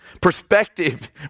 Perspective